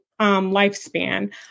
lifespan